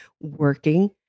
working